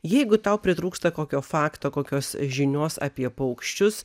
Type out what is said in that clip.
jeigu tau pritrūksta kokio fakto kokios žinios apie paukščius